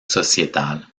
sociétale